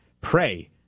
pray